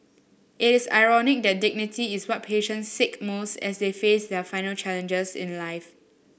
it is ironic that dignity is what patients seek most as they face their final challenges in life